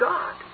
God